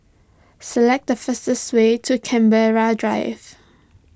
select the fastest way to Canberra Drive